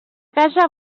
casa